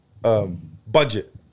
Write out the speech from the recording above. Budget